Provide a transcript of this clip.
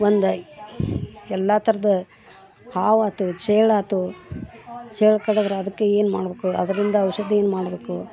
ಒಂದು ಎಲ್ಲ ಥರದ ಹಾವಾಯ್ತು ಚೇಳಾಯ್ತು ಚೇಳು ಕಡಿದ್ರ ಅದಕ್ಕೆ ಏನು ಮಾಡ್ಬೇಕು ಅದರಿಂದ ಔಷಧಿ ಏನು ಮಾಡ್ಬೇಕು